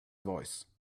voice